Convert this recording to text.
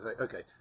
okay